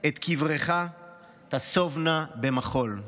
/ את קברך תיסובנה במחול".